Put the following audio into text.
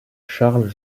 charles